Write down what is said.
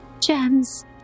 gems